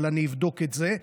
אבל אני אבדוק את זה.